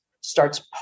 starts